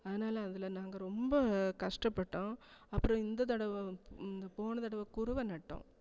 அதனால அதில் நாங்கள் ரொம்ப கஷ்டப்பட்டோம் அப்புறம் இந்த தடவை இந்த போனதடவை குறுவை நட்டோம்